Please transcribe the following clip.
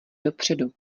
dopředu